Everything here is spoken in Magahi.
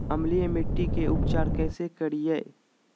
अम्लीय मिट्टी के उपचार कैसे करियाय?